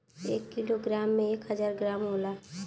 एक kilo gram में एक हजार ग्राम होला